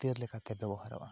ᱦᱟᱹᱛᱭᱟᱹᱨ ᱞᱮᱠᱟᱛᱮ ᱵᱮᱣᱦᱟᱨᱚᱜ ᱟ